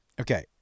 Okay